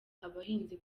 abahinzi